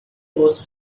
was